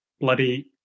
bloody